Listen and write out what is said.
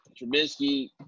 Trubisky